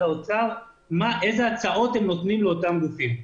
האוצר איזה הצעות הם נותנים לאותם גופים.